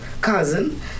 cousin